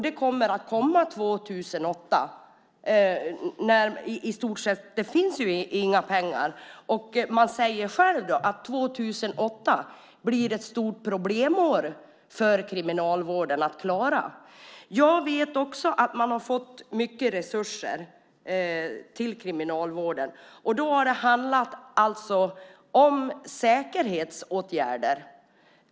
Det kommer 2008 då det i stort sett inte finns några pengar. Kriminalvården säger själv att 2008 blir ett stort problemår. Jag vet också att kriminalvården har fått mycket resurser. Då har det handlat om säkerhetsåtgärder.